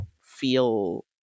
feel